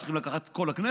צריכים לקחת את כל הכנסת?